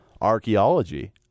archaeology